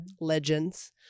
legends